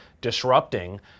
disrupting